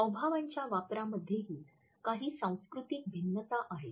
हावभावांच्या वापरामध्येही काही सांस्कृतिक भिन्नता आहेत